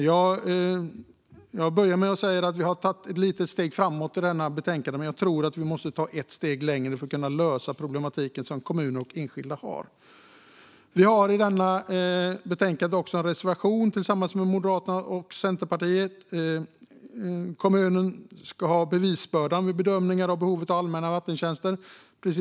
Jag började med att säga att vi i och med detta betänkande har tagit ett litet steg framåt, men jag tror att vi måste ta ett steg till för att kunna lösa problematiken som kommuner och enskilda har. I betänkandet har vi också en reservation tillsammans med Moderaterna och Centerpartiet. Kommunen ska ha bevisbördan vid bedömningar av behov av allmänna vattentjänster.